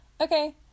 okay